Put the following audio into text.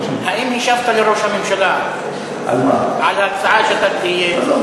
האם השבת לראש הממשלה על ההצעה שאתה תהיה, עזוב.